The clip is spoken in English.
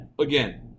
Again